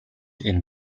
энэ